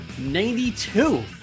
92